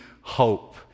hope